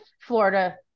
Florida